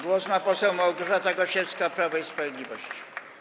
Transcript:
Głos ma poseł Małgorzata Gosiewska, Prawo i Sprawiedliwość.